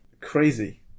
crazy